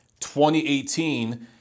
2018